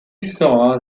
saw